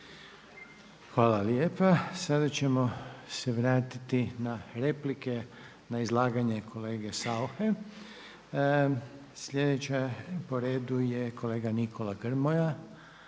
Željko (HDZ)** Sada ćemo se vratiti na replike na izlaganje kolege Sauche. Sljedeća po redu je kolega Nikola Grmoja,